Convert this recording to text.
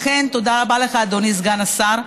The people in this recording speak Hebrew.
ולכן, תודה רבה לך, אדוני סגן השר.